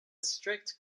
strict